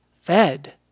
fed